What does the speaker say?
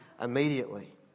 immediately